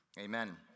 amen